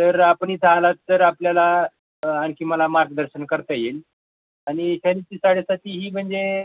तर आपण इथं आलात तर आपल्याला आणखी मला मार्गदर्शन करता येईल आणि शनीची साडेसाती ही म्हणजे